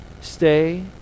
Stay